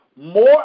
more